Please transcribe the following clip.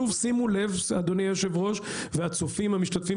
שוב שימו לב אדוני היושב-ראש והצופים המשתתפים